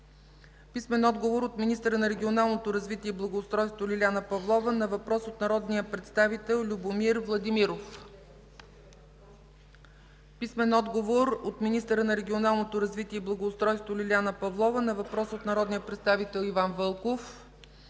Караджов; - от министъра на регионалното развитие и благоустройството Лиляна Павлова на въпрос от народния представител Любомир Владимиров; - от министъра на регионалното развитие и благоустройството Лиляна Павлова на въпрос от народния представител Иван Вълков;